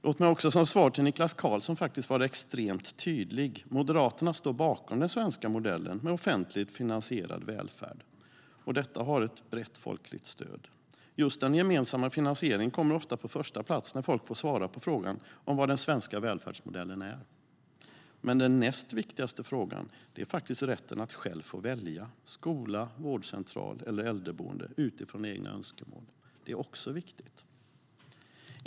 Låt mig som svar till Niklas Karlsson vara extremt tydlig. Moderaterna står bakom den svenska modellen med en offentligt finansierad välfärd. Denna har ett brett folkligt stöd. Just den gemensamma finansieringen kommer ofta på första plats när folk får svara på frågan om vad den svenska välfärdsmodellen är. Men den näst viktigaste frågan är faktiskt rätten att själv få välja skola, vårdcentral eller äldreboende utifrån egna önskemål. Det är också viktigt.